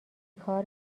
کار